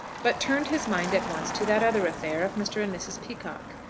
but turned his mind at once to that other affair of mr. and mrs. peacocke.